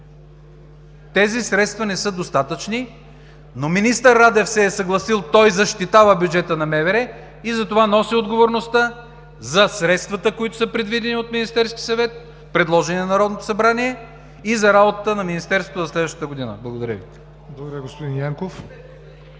Тези средства не са достатъчни, но министър Радев се е съгласил. Той защитава бюджета на МВР и затова носи отговорността за средствата, които са предвидени от Министерския съвет, предложени на Народното събрание, и за работата на Министерството за следващата година. Благодаря Ви. ПРЕДСЕДАТЕЛ ЯВОР